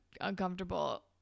uncomfortable